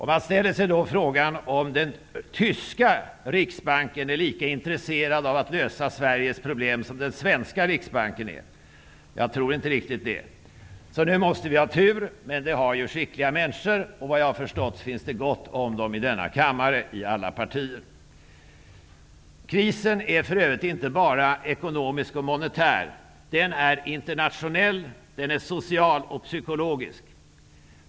Man ställer sig då frågan om den tyska riksbanken är lika intresserad av att lösa Sveriges problem som den svenska riksbanken är. Jag tror inte riktigt det. Vi måste ha tur, men det har ju skickliga människor -- och efter vad jag har förstått finns det gott om dem i denna kammare, i alla partier. Krisen är för övrigt inte bara ekonomisk och monetär, utan den är internationell, social och psykologisk.